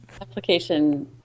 Application